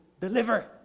deliver